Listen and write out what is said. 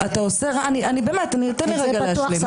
תן לי רגע להשלים.